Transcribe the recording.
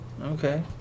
Okay